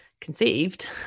conceived